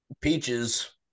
peaches